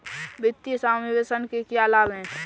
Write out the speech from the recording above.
वित्तीय समावेशन के क्या लाभ हैं?